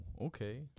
okay